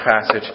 passage